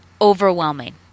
Overwhelming